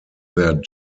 their